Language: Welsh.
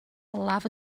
olaf